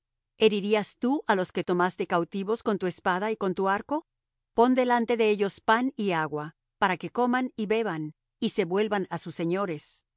herirías tú á los que tomaste cautivos con tu espada y con tu arco pon delante de ellos pan y agua para que coman y beban y se vuelvan á sus señores